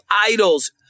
idols